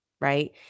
right